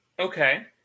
okay